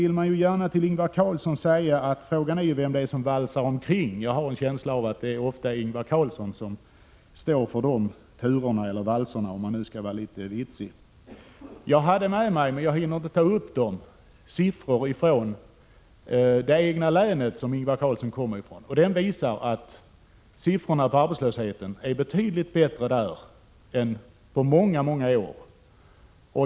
Till Ingvar Karlsson i Bengtsfors vill jag säga att frågan är vem som valsar omkring. Jag har en känsla av att det ofta är Ingvar Karlsson som står turerna, om jag nu skall vara litet vitsig. Jag har med mig — men jag hinner inte redovisa detta — siffermaterial angående det län som Ingvar Karlsson kommer ifrån. Det materialet visar att siffrorna för arbetslösheten är betydligt bättre där än på många, många år.